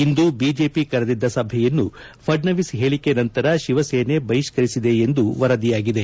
ಇಂದು BJP ಕರೆದಿದ್ದ ಸಭೆಯನ್ನು ಫಡ್ವವೀಸ್ ಹೇಳಿಕೆ ನಂತರ ಶಿವಸೇನೆ ಬಹಿಷ್ಕರಿಸಿದೆ ಎಂದು ವರದಿಯಾಗಿದೆ